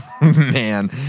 Man